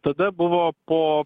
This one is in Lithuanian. tada buvo po